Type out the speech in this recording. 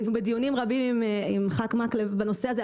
היינו בדיונים רבים עם חבר הכנסת מקלב בנושא הזה.